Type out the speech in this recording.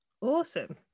awesome